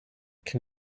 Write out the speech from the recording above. can